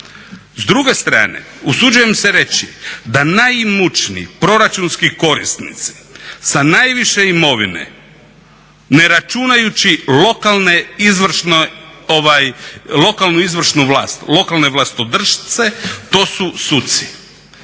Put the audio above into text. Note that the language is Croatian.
S druge strane usuđujem se reći da najimućniji proračunski korisnici sa najviše imovine ne računajući lokalnu izvršnu vlast, lokalne vlastodršce. To su suci.